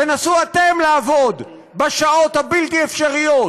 תנסו אתם לעבוד בשעות הבלתי-אפשריות,